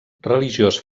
religiós